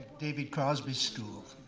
david crosby school.